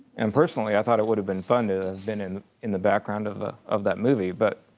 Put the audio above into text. and personally, i thought it would've been fun to been in in the background of ah of that movie, but,